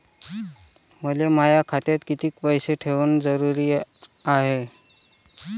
मले माया खात्यात कितीक पैसे ठेवण जरुरीच हाय?